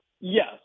yes